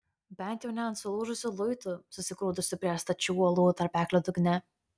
bent jau ne ant sulūžusių luitų susigrūdusių prie stačių uolų tarpeklio dugne